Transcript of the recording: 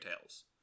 tales